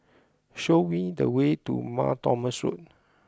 show me the way to Mar Thomas Road